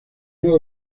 uno